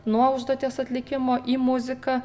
nuo užduoties atlikimo į muziką